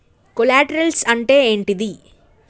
Collaterals అంటే ఏంటిది?